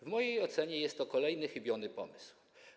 W mojej ocenie jest to kolejny chybiony pomysł.